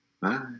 Bye